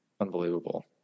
Unbelievable